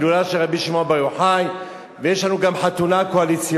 הילולה של רבי שמעון בר יוחאי ויש לנו גם חתונה קואליציונית.